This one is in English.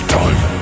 time